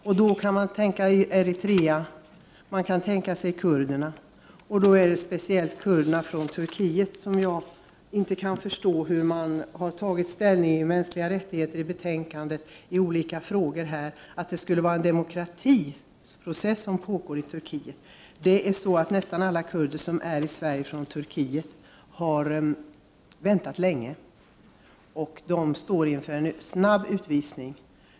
Man kan tänka t.ex. på dem som kommer från Eritrea och kurderna, speciellt kurderna från Turkiet. Jag kan inte förstå hur man har tagit ställning när det gäller kurderna i Turkiet i betänkandet om mänskliga rättigheter, när man säger att det skulle vara en demokratiprocess som pågår i Turkiet. Nästan alla kurder från Turkiet som är i Sverige har väntat länge. De står inför en snabb utvisning.